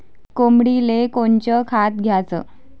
कोंबडीले कोनच खाद्य द्याच?